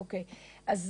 אוקיי, אז